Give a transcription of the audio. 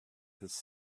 his